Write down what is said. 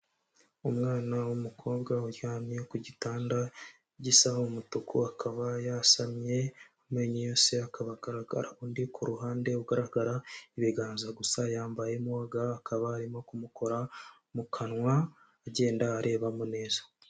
Umwana w'umukobwa uryamye ku gitanda gisa nk'umutuku akaba yasamye amenyo yose akaba agaragara, undi ku ruhande ugaragara ibiganza gusa yambayemo ga, akaba arimo kumukora mu kanwa agenda arebamo neza.